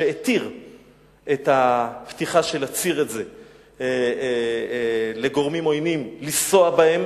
שהתיר את הפתיחה של הציר הזה לגורמים עוינים לנסוע בו,